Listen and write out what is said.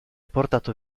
portato